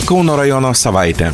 kauno rajono savaitė